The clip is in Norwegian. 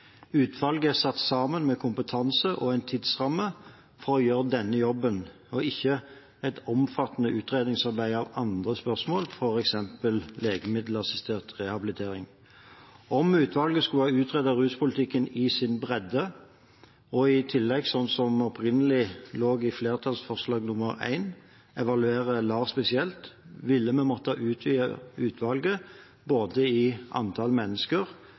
Utvalget er satt sammen med en kompetanse og en tidsramme for å gjøre denne jobben, ikke for å gjøre et omfattende utredningsarbeid av andre spørsmål, f.eks. legemiddelassistert rehabilitering. Om utvalget skulle ha utredet ruspolitikken i sin bredde og i tillegg skulle ha evaluert LAR-ordningen spesielt, som opprinnelig lå i forslag til vedtak I, ville vi ha måttet utvide utvalget med tanke på antallet mennesker